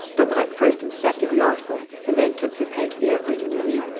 daubrecq first inspected the articles and then took lupin to the avenue de neuilly,